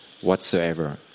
whatsoever